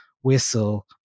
whistle